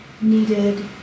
needed